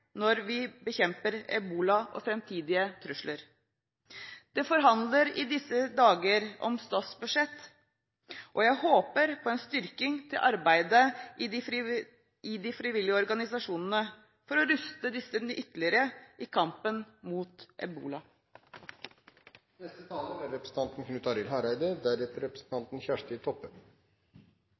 når vi bekjemper ebola og framtidige trusler. Det forhandles i disse dager om statsbudsjettet, og jeg håper på en styrking av arbeidet til de frivillige organisasjonene for å ruste disse ytterligere i kampen mot ebola.